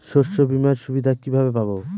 শস্যবিমার সুবিধা কিভাবে পাবো?